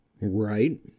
Right